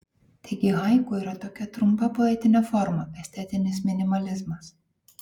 taigi haiku yra tokia trumpa poetinė forma estetinis minimalizmas